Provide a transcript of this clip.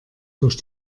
durch